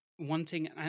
Wanting